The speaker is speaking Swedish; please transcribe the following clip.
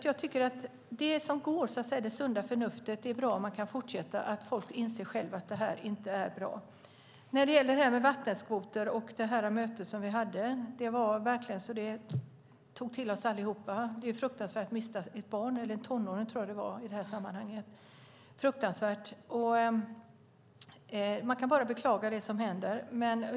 Jag tycker alltså att det som går med sunt förnuft är bra om man kan fortsätta med - att folk kan inse själva att det inte är bra. När det gäller vattenskoter och det möte vi hade tog vi till oss det allihop. Det är fruktansvärt att mista ett barn. Jag tror att det var en tonåring i detta sammanhang. Det är fruktansvärt, och jag kan bara beklaga det som hände.